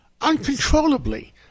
uncontrollably